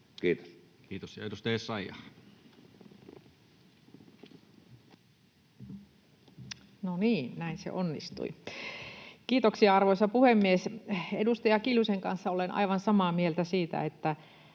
Kiitos. Kiitos. — Ja edustaja Essayah. No niin, näin se onnistui. Kiitoksia, arvoisa puhemies! Edustaja Kiljusen kanssa olen aivan samaa mieltä siitä, että